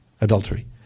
adultery